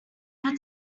how